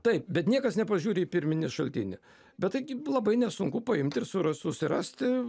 taip bet niekas nepažiūri į pirminį šaltinį bet taigi labai nesunku paimt ir suras susirasti